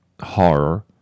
Horror